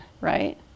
right